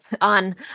on